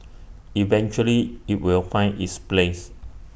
eventually IT will find its place